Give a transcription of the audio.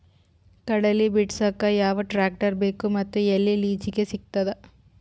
ಕಡಲಿ ಬಿಡಸಕ್ ಯಾವ ಟ್ರ್ಯಾಕ್ಟರ್ ಬೇಕು ಮತ್ತು ಎಲ್ಲಿ ಲಿಜೀಗ ಸಿಗತದ?